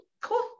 cool